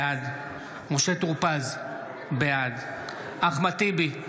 בעד משה טור פז, בעד אחמד טיבי,